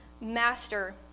Master